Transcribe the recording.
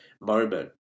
moment